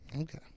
Okay